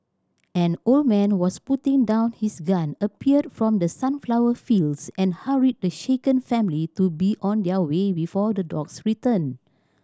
an old man was putting down his gun appeared from the sunflower fields and hurried the shaken family to be on their way before the dogs return